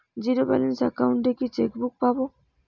Zero balance account এ কি chequebook পাব?